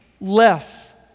less